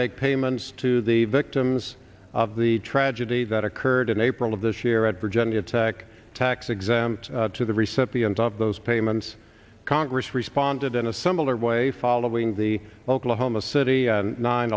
make payments to the victims of the tragedy that occurred in april of this year at virginia tech tax exempt to the recipient of those payments congress responded in a similar way following the oklahoma city nine